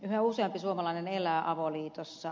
yhä useampi suomalainen elää avoliitossa